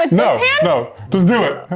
and no, no, just do it.